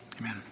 Amen